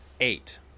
eight